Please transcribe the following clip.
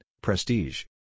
prestige